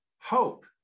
hope